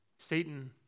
Satan